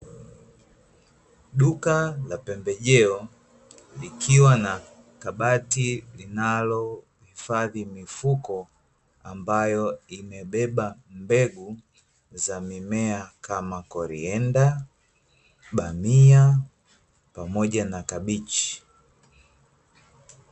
Duka la pembejeo likiwa na kabati linalohifadhi mifuko ambayo imebeba mbegu za mimea kama korienda, bamia pamoja na kabichi.